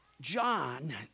John